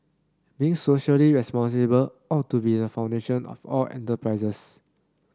being socially responsible ought to be the foundation of all enterprises